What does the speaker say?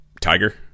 tiger